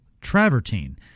travertine